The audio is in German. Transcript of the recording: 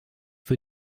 für